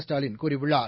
ஸ்டாலின் கூறியுள்ளார்